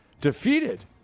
defeated